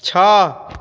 छः